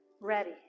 Ready